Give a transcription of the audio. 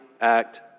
act